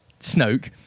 Snoke